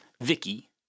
Vicky